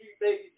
Baby